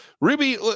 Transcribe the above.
Ruby